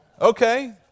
Okay